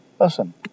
Listen